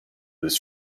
was